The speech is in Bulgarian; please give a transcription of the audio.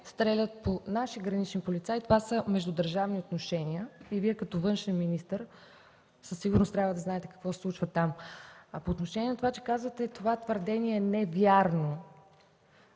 стрелят по наши гранични полицаи, това са междудържавни отношения и Вие като външен министър със сигурност трябва да знаете какво се случва там. А по отношение на това, че казвате, че това твърдение не е вярно,